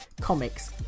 comics